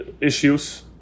issues